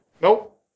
Nope